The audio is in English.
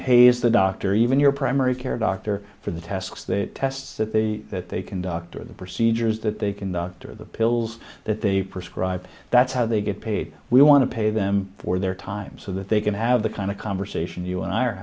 pays the doctor even your primary care doctor for the tasks that tests that they that they conduct or the procedures that they conduct or the pills that they prescribe that's how they get paid we want to pay them for their time so that they can have the kind of conversation you and i are